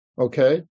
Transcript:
Okay